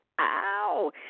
Ow